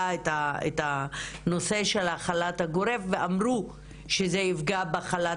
את הנושא של החל"ת הגורף ואמרו שזה יפגע בחל"ת